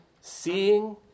seeing